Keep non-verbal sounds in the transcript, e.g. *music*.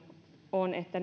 on että *unintelligible*